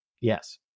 Yes